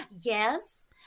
yes